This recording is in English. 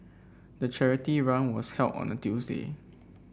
the charity run was held on a Tuesday